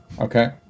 Okay